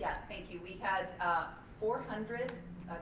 yeah thank you. we have ah four hundred